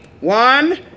One